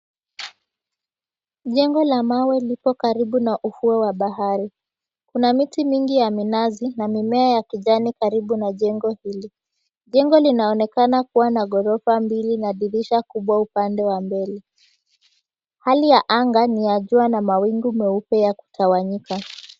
Jengo la mawe liko karibu na ufuo wa bahari. Kuna miti mingi ya minazi na mimea ya kijani karibu na jengo hili. Jengo linaonekana kuwa na ghorofa mbili na dirisha kubwa upande wa mbele. Hali ya anga ni ya jua na mawingu meupe ya kutawanyika.